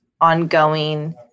ongoing